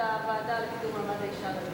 הוועדה לקידום מעמד האשה.